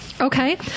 okay